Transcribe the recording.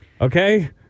Okay